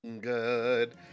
Good